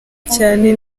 cyane